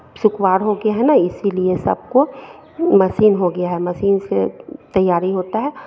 सुकुमार हो गया है ना इसीलिए सबको मशीन हो गया है मशीन से तैयारी होता है